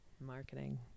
Marketing